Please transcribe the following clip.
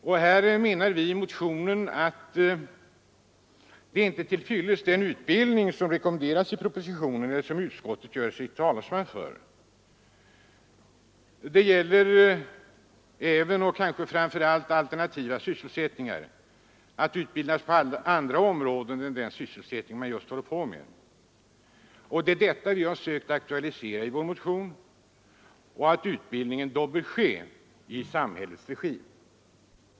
Härvidlag menar vi i motionen att det inte är till fyllest med den utbildning som rekommenderas i propositionen eller som utskottet gör sig till talesman för. Det gäller även och kanske framför allt alternativa sysselsättningar — att utbildas på andra områden än det där man just är sysselsatt. Det är detta vi har sökt aktualisera i vår motion, och vi har framhållit att utbildningen då bör ske i samhällets regi.